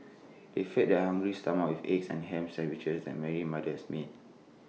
they fed their hungry stomachs with eggs and Ham Sandwiches that Mary's mother has made